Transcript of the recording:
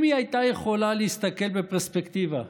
אם היא הייתה יכולה להסתכל בפרספקטיבה,